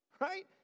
right